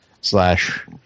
Slash